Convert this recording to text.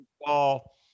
ball